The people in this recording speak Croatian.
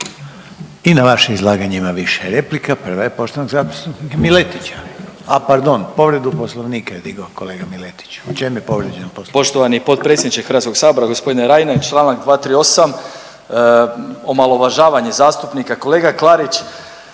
I na vaše izlaganje ima više replika. Prva je poštovanog zastupnika Miletića. A pardon, povredu Poslovnika je digao kolega Miletić. U čem je povrijeđen Poslovnik? **Miletić, Marin (MOST)** Poštovani potpredsjedniče Hrvatskog sabora, gospodine Reiner članak 238. omalovažavanje zastupnika. Kolega Klarić